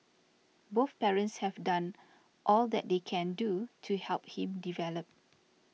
both parents have done all that they can do to help him develop